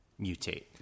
mutate